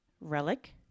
relic